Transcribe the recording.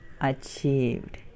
achieved